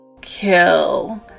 kill